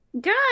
Good